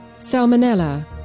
Salmonella